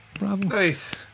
Nice